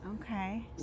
Okay